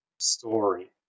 story